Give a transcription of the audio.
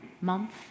month